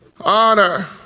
Honor